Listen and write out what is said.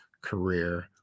career